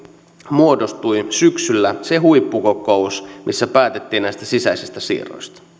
muodostui syksyllä se huippukokous missä päätettiin näistä sisäisistä siirroista